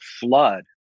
flood